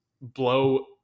blow